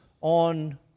on